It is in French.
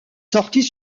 sorties